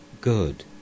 Good